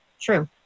True